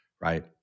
right